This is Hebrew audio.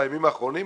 לימים האחרונים?